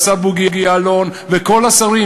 והשר בוגי יעלון וכל השרים,